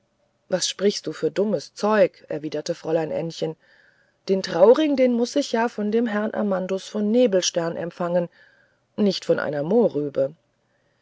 was sprichst du für dummes zeug erwiderte fräulein ännchen den trauring den muß ich ja von dem herrn amandus von nebelstern empfangen aber nicht von einer mohrrübe